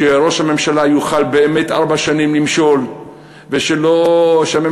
שראש הממשלה יוכל באמת למשול ארבע שנים ושהממשלה